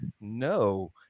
No